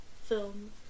film